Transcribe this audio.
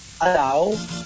allow